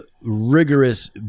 rigorous